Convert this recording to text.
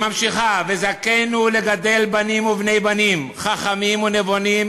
והיא ממשיכה: וזַכֵּנוּ לגדל בנים ובני-בנים חכמים ונבונים,